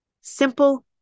simple